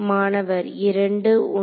மாணவர் 2 1